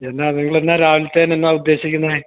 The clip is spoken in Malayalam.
എന്താണ് നിങ്ങള് എന്താണു രാവിലത്തേന് എന്താണ് ഉദ്ദേശിക്കുന്നത്